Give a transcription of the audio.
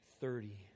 thirty